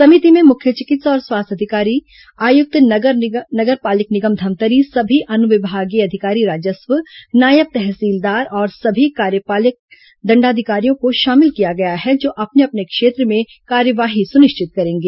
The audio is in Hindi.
समिति में मुख्य चिकित्सा और स्वास्थ्य अधिकारी आयुक्त नगर पालिक निगम धमतरी सभी अनुविभागीय अधिकारी राजस्व नायब तहसीलदार और सभी कार्यपालिक दंडाधिकारियों को शामिल किया गया है जो अपने अपने क्षेत्र में कार्यवाही सुनिश्चित करेंगे